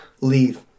Leave